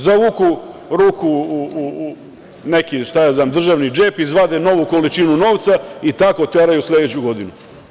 Zavuku ruku u neki, šta ja znam, državni džep i izvade novu količinu novca i tako teraju sledeću godinu.